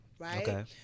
Right